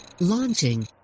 Launching